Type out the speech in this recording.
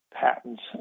patents